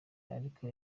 ariko